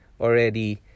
already